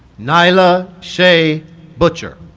nyla shea butcher